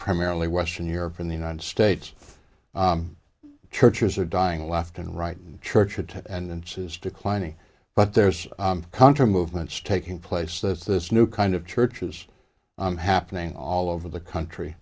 primarily western europe in the united states churches are dying left and right and church attendance is declining but there's contra movements taking place that this new kind of churches i'm happening all over the country